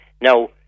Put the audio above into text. Now